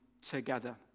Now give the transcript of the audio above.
together